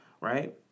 right